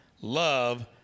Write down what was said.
love